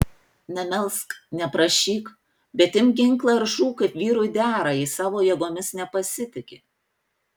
nemelsk neprašyk bet imk ginklą ir žūk kaip vyrui dera jei savo jėgomis nepasitiki